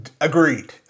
agreed